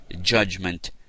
judgment